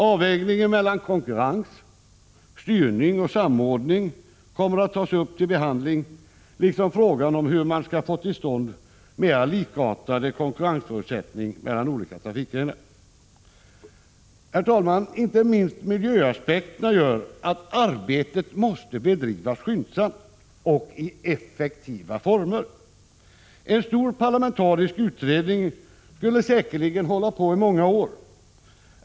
Avvägning mellan konkurrens, styrning och samordning kommer att tas upp till behandling, liksom frågan om hur man skall få till stånd mera likartade konkurrensförutsättningar mellan olika trafikgrenar. Herr talman! Inte minst miljöaspekterna gör att arbetet måste bedrivas skyndsamt och i effektiva former. En stor parlamentarisk utredning skulle säkerligen hålla på i många år.